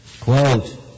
Quote